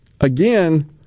again